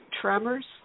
tremors